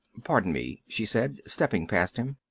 pardon me, she said, stepping past him.